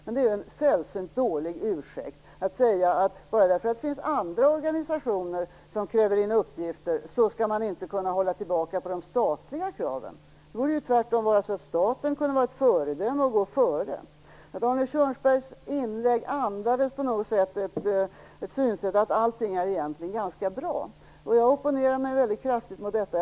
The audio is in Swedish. Men det är väl en sällsynt dålig ursäkt att säga att bara för att det finns andra organisationer som kräver in uppgifter så skall man inte kunna hålla tillbaka på de statliga kraven. Staten borde ju tvärtom vara ett föredöme och gå före. Arne Kjörnsbergs inlägg andades på något sätt det synsättet att allting egentligen är ganska bra. Jag opponerar mig väldigt kraftigt mot detta.